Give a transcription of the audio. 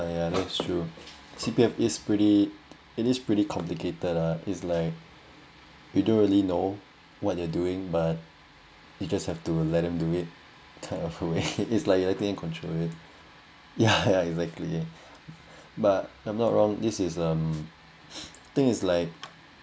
ya that's true C_P_F is pretty it is pretty complicated lah is like you don't really know what they're doing but you just have to let him do it kind of way is letting them they control it yeah exactly but I'm not wrong this is a think is like